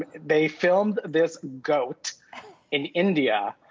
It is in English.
they filmed this goat in india,